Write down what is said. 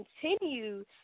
continue